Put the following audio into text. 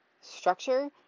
structure